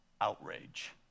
outrage